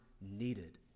needed